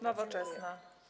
Nowoczesna.